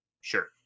sure